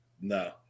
No